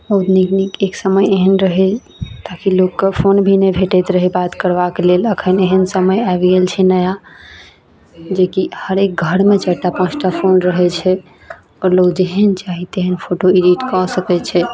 बहुत नीक नीक एक समय एहन रहै ताकि लोक कऽ फोन भी नहि भेटैत रहै बात करबाक लेल अखनि एहन समय आबि गेल छै नया जेकि हरेक घर मे चारि टा पाँच टा फोन रहै छै आओर लोग जेहन चाही तेहन फोटो एडिट कऽ सकैत छै